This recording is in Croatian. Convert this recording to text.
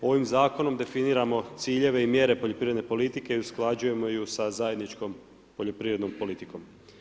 Ovim zakonom definiramo ciljeve i mjere poljoprivredne politike i usklađujemo ju sa zajedničkom poljoprivrednom politikom.